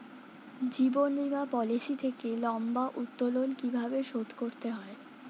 জীবন বীমা পলিসি থেকে লম্বা উত্তোলন কিভাবে শোধ করতে হয়?